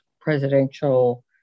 presidential